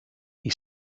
said